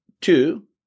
two